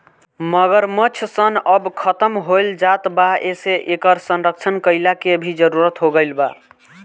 मगरमच्छ सन अब खतम होएल जात बा एसे इकर संरक्षण कईला के भी जरुरत हो गईल बा